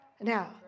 Now